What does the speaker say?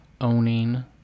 owning